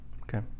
Okay